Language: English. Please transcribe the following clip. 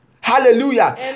Hallelujah